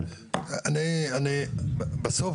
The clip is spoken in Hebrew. בסוף,